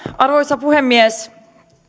arvoisa puhemies